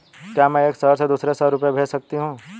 क्या मैं एक शहर से दूसरे शहर रुपये भेज सकती हूँ?